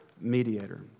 mediator